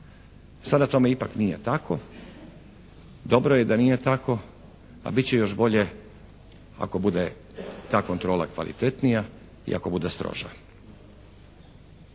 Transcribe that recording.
Sada tome ipak nije tako, dobro je da nije tako a bit će još bolje ako bude ta kontrola kvalitetnija i ako bude stroža.